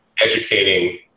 educating